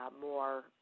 more